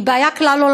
היא בעיה כלל-עולמית,